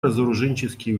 разоруженческие